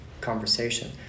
conversation